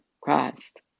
Christ